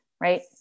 Right